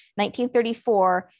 1934